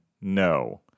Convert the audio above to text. no